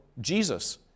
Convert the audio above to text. Jesus